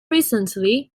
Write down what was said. recently